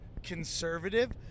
Conservative